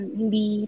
hindi